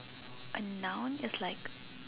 A noun is like